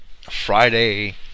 Friday